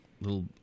little